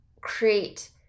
create